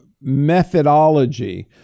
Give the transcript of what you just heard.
methodology